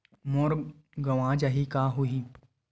मोर गंवा जाहि का होही?